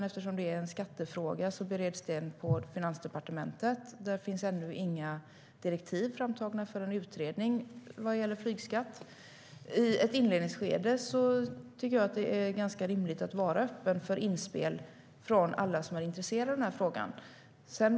Eftersom det är en skattefråga bereds den på Finansdepartementet, och där finns ännu inga direktiv framtagna för en utredning om flygskatt. I ett inledningsskede tycker jag att det är ganska rimligt att vara öppen för inspel från alla som är intresserade av den här frågan.